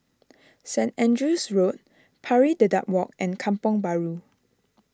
Saint Andrew's Road Pari Dedap Walk and Kampong Bahru